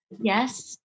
Yes